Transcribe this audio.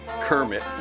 Kermit